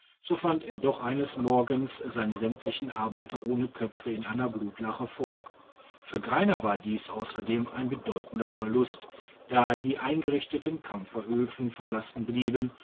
so fand er doch eines morgens seine sämtlichen arbeiter ohne köpfe in einer blutlache vor für greiner war dies ausserdem ein bedeutender verlust da die eingerichteten kampferöfen verlassen blieben